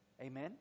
Amen